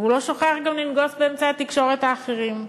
והוא לא שוכח גם לנגוס באמצעי התקשורת האחרים.